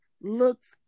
looks